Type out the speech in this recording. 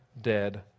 dead